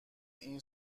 این